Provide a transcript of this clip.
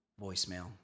voicemail